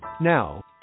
Now